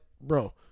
Bro